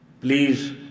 Please